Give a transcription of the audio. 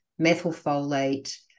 methylfolate